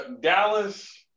Dallas